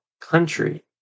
country